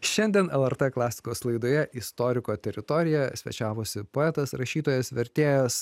šiandien lrt klasikos laidoje istoriko teritorija svečiavosi poetas rašytojas vertėjas